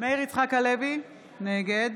מאיר יצחק הלוי, נגד